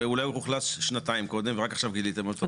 אולי הוא אוכלס שנתיים קודם ורק עכשיו גיליתם אותו.